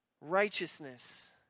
Righteousness